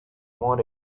more